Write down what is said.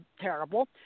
terrible